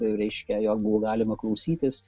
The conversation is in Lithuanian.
reiškia jo buvo galima klausytis